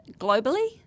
globally